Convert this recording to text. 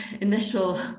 initial